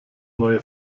neue